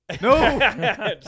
No